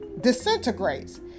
disintegrates